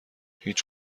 هیچ